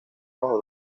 bajo